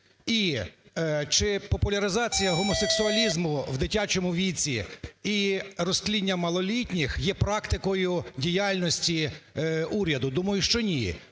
І чи популяризація гомосексуалізму в дитячому віці і розтління малолітніх є практикою діяльності уряду? Думаю, що ні.